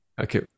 Okay